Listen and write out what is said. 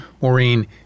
Maureen